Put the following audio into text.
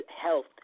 health